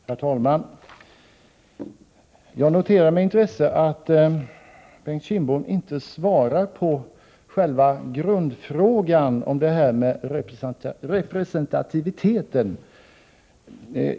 Herr talman! Jag noterar med intresse att Bengt Kindbom inte svarar på själva grundfrågan om representativiteten.